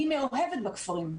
אני מעורבת בכפרים.